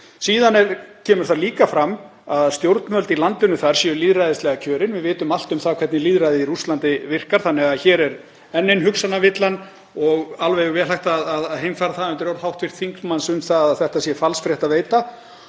Síðan kemur líka fram að stjórnvöld í landinu þar séu lýðræðislega kjörin. Við vitum allt um það hvernig lýðræðið í Rússlandi virkar, þannig að hér er enn ein hugsanavillan og alveg vel hægt að heimfæra það undir orð hv. þingmanns um að þetta sé falsfréttaveita.